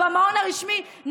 במעון הרשמי,